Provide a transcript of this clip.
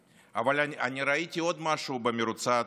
אבל אני ראיתי עוד משהו במרוצת השנים,